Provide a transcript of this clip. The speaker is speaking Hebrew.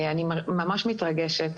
אני ממש מתרגשת.